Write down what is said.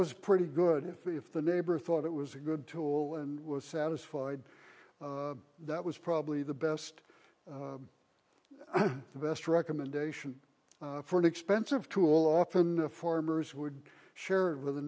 was pretty good if if the neighbor thought it was a good tool and was satisfied that was probably the best the best recommendation for an expensive tool often farmers would share it with a